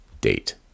date